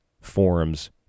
forms